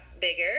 bigger